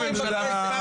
הממשלה מתפרקת.